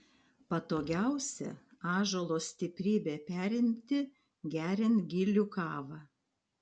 patogiausia ąžuolo stiprybę perimti geriant gilių kavą